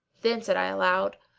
then said i aloud,